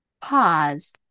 Pause